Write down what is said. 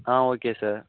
ah okay sir